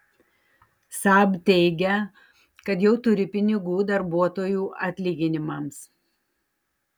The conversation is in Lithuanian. saab teigia kad jau turi pinigų darbuotojų atlyginimams